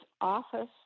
office